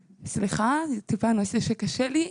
סליחה, טיפה נושא שקשה לי.